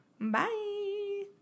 Bye